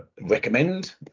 recommend